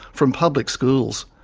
from public schools.